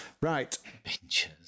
Right